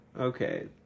Okay